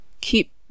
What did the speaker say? keep